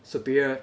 superior